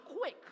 quick